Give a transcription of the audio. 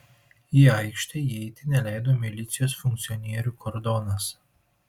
į aikštę įeiti neleido milicijos funkcionierių kordonas